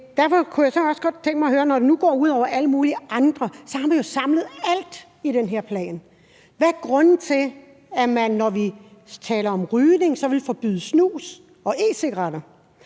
jeg kunne også godt tænke mig at høre, når det nu går ud over alle mulige andre, og når man har samlet alt i den her plan, hvad grunden er til, at man, når vi taler om rygning, vil forbyde snus og e-cigaretter.